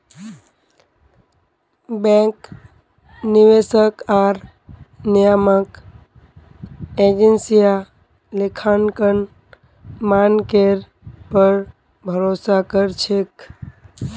bank, निवेशक आर नियामक एजेंसियां लेखांकन मानकेर पर भरोसा कर छेक